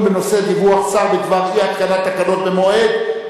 בנושא: דיווח שר בדבר אי-התקנת תקנות במועד,